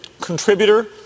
contributor